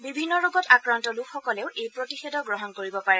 বিভিন্ন ৰোগত আক্ৰান্ত লোকসকলেও এই প্ৰতিষেধক গ্ৰহণ কৰিব পাৰে